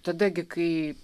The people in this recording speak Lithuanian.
tada gi kai